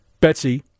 Betsy